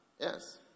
Yes